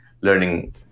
learning